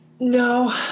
No